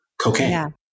cocaine